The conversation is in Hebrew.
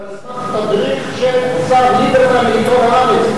והם על סמך תדריך של השר ליברמן לעיתון "הארץ".